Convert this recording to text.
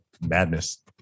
madness